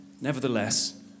nevertheless